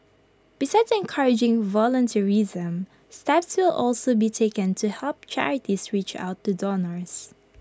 besides encouraging volunteerism steps will also be taken to help charities reach out to donors